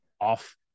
off